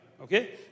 Okay